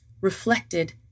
reflected